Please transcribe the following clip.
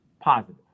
positive